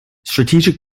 strategic